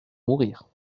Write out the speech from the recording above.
mourir